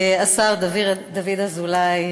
השר דוד אזולאי,